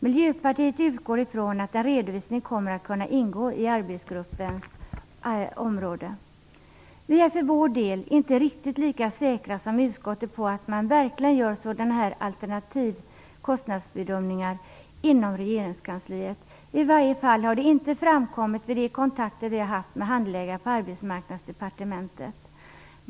Miljöpartiet utgår ifrån att en redovisning kommer att kunna ingå i arbetsgruppens område. Vi är för vår del inte riktigt lika säkra som utskottet på att man verkligen gör sådana här alternativkostnadsbedömningar inom regeringskansliet. I varje fall har det inte framkommit vid de kontakter som vi har haft med handläggare på Arbetsmarknadsdepartementet.